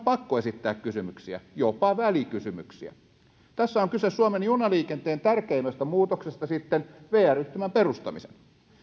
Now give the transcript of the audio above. pakko esittää kysymyksiä jopa välikysymyksiä tässä on kyse suomen junaliikenteen tärkeimmästä muutoksesta sitten vr yhtymän perustamisen